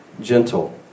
gentle